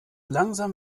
langsam